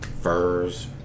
Furs